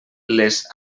les